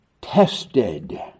tested